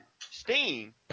Steam